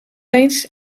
eens